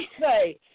say